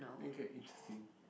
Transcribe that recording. interesting